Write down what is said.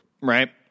Right